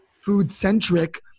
food-centric